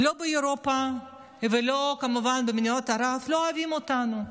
באירופה וכמובן במדינות ערב לא אוהבים אותנו,